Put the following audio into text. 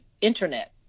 internet